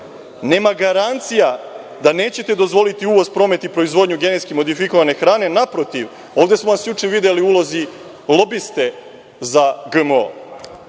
nema garancija da nećete dozvoliti uvoz promet i proizvodnju genetski modifikovane hrane. Naprotiv, ovde smo vas juče videli u ulozi lobiste za GMO,